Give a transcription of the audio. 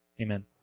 Amen